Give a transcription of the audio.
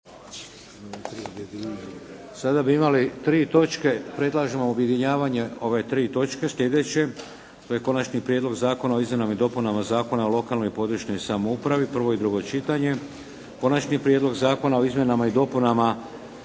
Sada bi imali tri točke, predlažem objedinjavanje ove tri točke sljedeće: Konačni prijedlog Zakona o izmjenama i dopunama Zakona o lokalnoj i područnoj (regionalnoj) samoupravi, hitni postupak, prvo i drugo čitanje, P.Z. br. 158, Konačni prijedlog Zakona o izmjenama i dopunama